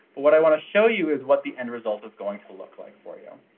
what i want to show you is what the end result is going to look like for you.